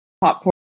popcorn